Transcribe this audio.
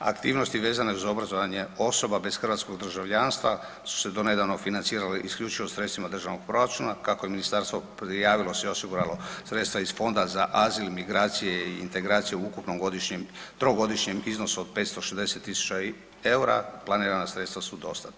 Aktivnosti vezane uz obrazovanje osoba bez hrvatskog državljanstva su se do nedavno financirale isključivo sredstvima državnog proračuna kako je ministarstvo prijavilo se i osiguralo sredstva iz Fonda za azil, migracije i integracije u ukupnom godišnjem, trogodišnjem iznosu od 560.000 EUR-a, planirana sredstva su dostatna.